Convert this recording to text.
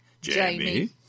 Jamie